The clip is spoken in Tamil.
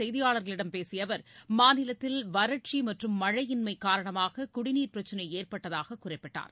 செய்தியாளர்களிடம் பேசியஅவர் மாநிலத்தில் நேற்றுகோவையில் வறட்சிமற்றம் மழையின்மைகாரணமாககுடிநீர் பிரச்சனைஏற்பட்டதாககுறிப்பிட்டார்